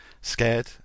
scared